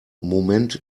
moment